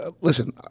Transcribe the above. Listen